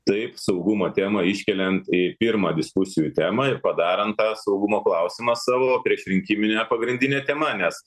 taip saugumo temą iškeliant į pirmą diskusijų temą ir padarant tą saugumo klausimą savo priešrinkiminę pagrindine tema nes